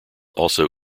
also